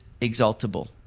exaltable